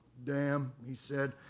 damn, he said.